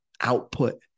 output